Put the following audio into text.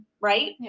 right